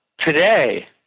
today